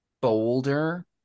bolder